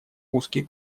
узкий